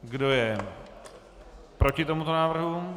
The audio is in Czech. Kdo je proti tomuto návrhu?